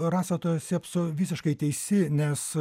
rasa tu esi apso visiškai teisi nes